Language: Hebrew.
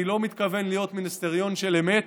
אני לא מתכוון להיות מיניסטריון של אמת,